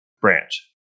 branch